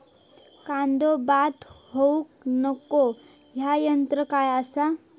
कांदो बाद होऊक नको ह्याका तंत्र काय असा?